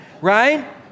right